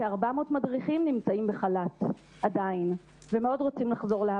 כ-400 מדריכים נמצאים בחל"ת עדיין ומאוד רוצים לחזור לעבודה.